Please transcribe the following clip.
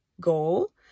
goal